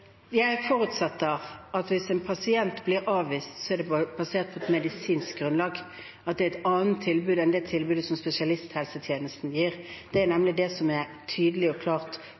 blir avvist, så er det basert på et medisinsk grunnlag, at det er et annet tilbud enn det tilbudet spesialisthelsetjenesten gir. Det er nemlig det som er tydelig og klart